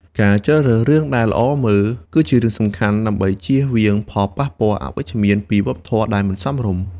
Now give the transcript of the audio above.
ការជ្រើសរើសរឿងដែលល្អមើលគឺជារឿងសំខាន់ដើម្បីជៀសវាងផលប៉ះពាល់អវិជ្ជមានពីវប្បធម៌ដែលមិនសមរម្យ។